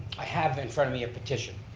i have it in front of me a petition,